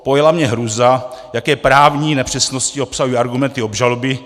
Pojala mě hrůza, jaké právní nepřesnosti obsahují argumenty obžaloby.